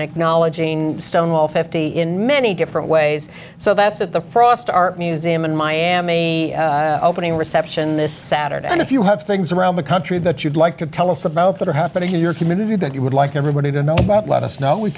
acknowledging stonewall fifty in many different ways so that's at the for us museum in miami opening a reception this saturday and if you have things around the country that you'd like to tell us about that are happening in your community that you would like everybody to know about let us know we